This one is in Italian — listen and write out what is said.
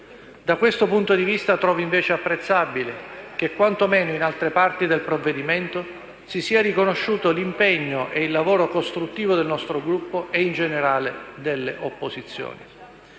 Da questo punto di vista trovo invece apprezzabile che, quanto meno in altre parti del provvedimento, si sia riconosciuto l'impegno e il lavoro costruttivo del nostro Gruppo e, in generale, delle opposizioni.